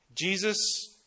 Jesus